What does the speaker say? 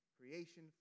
creation